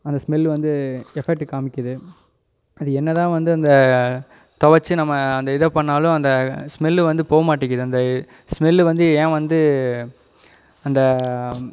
அந்த ஸ்மெல்லு வந்து எஃபெக்ட்டு காமிக்குது அது என்ன தான் வந்து அந்த துவச்சி நம்ம அந்த இதை பண்ணாலும் அந்த ஸ்மெல்லு வந்து போ மாட்டிக்குது அந்த ஸ்மெல்லு வந்து ஏன் வந்து அந்த